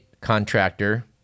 contractor